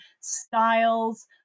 styles